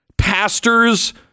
pastors